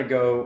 go